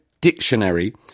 Dictionary